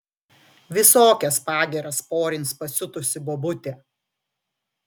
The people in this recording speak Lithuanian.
visokias pagyras porins pasiutusi bobutė